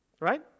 Right